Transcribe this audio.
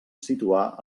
situar